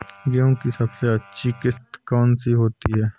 गेहूँ की सबसे अच्छी किश्त कौन सी होती है?